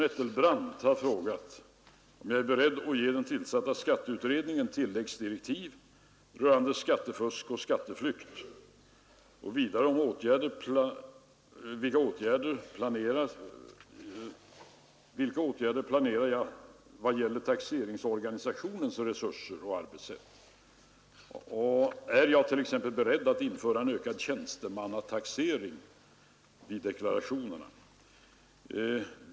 Herr talman! Fru Nettelbrandt har frågat mig följande: direktiv rörande skattefusk och skatteflykt? 2. Vilka åtgärder planerar statsrådet i vad gäller taxeringsorganisationens resurser och arbetssätt? Är statsrådet t.ex. beredd att införa en ökad tjänstemannagranskning av deklarationerna? 3.